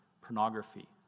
pornography